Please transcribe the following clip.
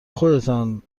خودتان